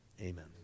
Amen